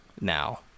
now